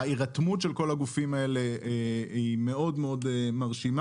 ההירתמות של כל הגופים האלה היא מאוד מרשימה,